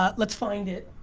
ah let's find it.